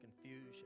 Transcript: confusion